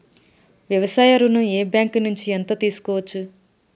వ్యవసాయ ఋణం ఏ బ్యాంక్ నుంచి ఎంత తీసుకోవచ్చు?